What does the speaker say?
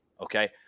okay